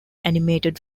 animated